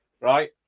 right